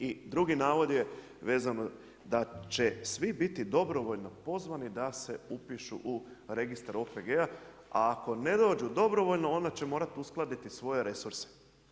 I drugi navod je vezan da će svi biti dobrovoljno pozvani da se upišu u registar OPG-a a ako ne dođu dobrovoljno, onda će morati uskladiti svoje resurse.